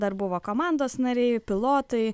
dar buvo komandos nariai pilotai